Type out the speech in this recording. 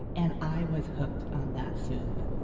and i was hooked on that soup